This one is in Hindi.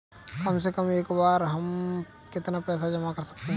कम से कम एक बार में हम कितना पैसा जमा कर सकते हैं?